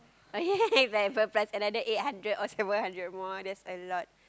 oh yeah yeah yeah another eight hundred or seven hundred more that's a lot